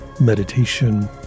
meditation